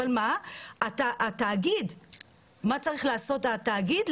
אבל מה צריך לעשות התאגיד?